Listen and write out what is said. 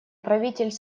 правитель